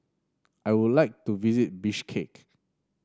I would like to visit Bishkek